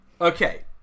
Okay